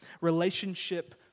Relationship